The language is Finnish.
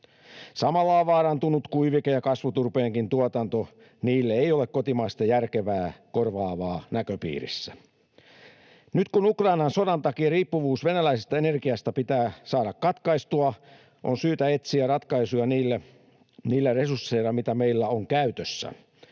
Samalla on vaarantunut kuivike- ja kasvuturpeenkin tuotanto. Niille ei ole kotimaista järkevää korvaavaa näköpiirissä. Nyt kun Ukrainan sodan takia riippuvuus venäläisestä energiasta pitää saada katkaistua, on syytä etsiä ratkaisuja niillä resursseilla, mitä meillä on käytössä.